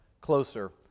closer